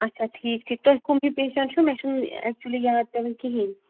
اچھا ٹھیٖک ٹھیٖک تُہۍ کم ہی پیشَنٹ چھُو مےٚ چھُنہٕ اٮ۪کچُلی یاد پٮ۪وان کِہیٖنۍ